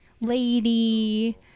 Lady